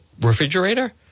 refrigerator